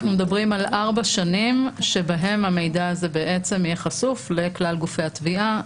אנחנו מדברים על ארבע שנים שבהן המידע הזה יהיה חשוף לכלל גופי התביעה.